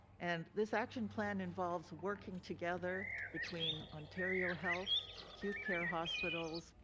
and this action plan involves working together between ontario health, acute care hospitals,